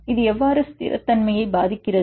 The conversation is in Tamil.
இது எவ்வாறு ஸ்திரத்தன்மையை பாதிக்கிறது